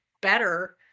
better